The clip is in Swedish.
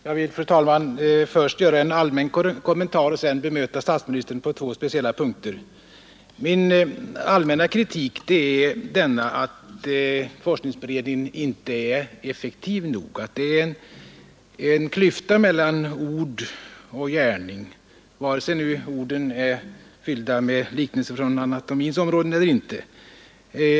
Fru talman! Jag vill först göra en allmän kommentar och sedan bemöta statsministern på två speciella punkter. Min allmänna kritik är att forskningsberedningen inte är effektiv nog, att det är en klyfta mellan ord och gärning — vare sig orden är fyllda med liknelser från anatomins område eller inte.